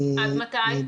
עד מתי?